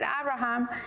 Abraham